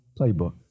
playbook